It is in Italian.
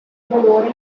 dolore